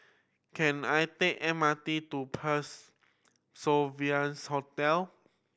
can I take M R T to Parc Sovereigns Hotel